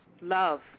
love